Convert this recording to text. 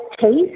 taste